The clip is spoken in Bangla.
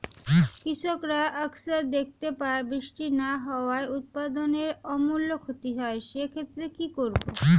কৃষকরা আকছার দেখতে পায় বৃষ্টি না হওয়ায় উৎপাদনের আমূল ক্ষতি হয়, সে ক্ষেত্রে কি করব?